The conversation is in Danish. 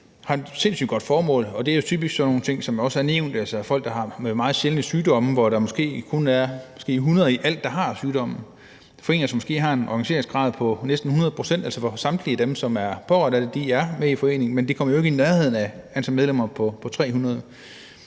jo har et sindssygt godt formål. Det drejer sig typisk, som andre også har nævnt, om foreninger for folk, der har meget sjældne sygdomme, hvor der måske kun er 100 i alt, der har sygdommen – foreninger, som måske har en organiseringsgrad på næsten 100 pct., altså hvor samtlige dem, der er berørt af det, er med i foreningen. Men de kommer jo ikke i nærheden af et antal medlemmer på 300.